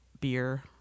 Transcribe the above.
beer